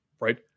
right